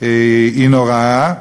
היא נוראה.